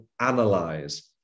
analyze